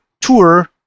tour